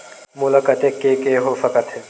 मोला कतेक के के हो सकत हे?